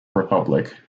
republic